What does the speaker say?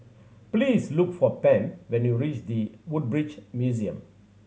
please look for Pam when you reach The Woodbridge Museum